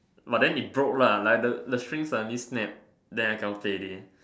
but then it broke lah like the the string suddenly snap then I cannot play already